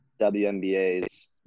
WNBA's